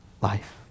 life